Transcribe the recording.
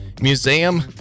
Museum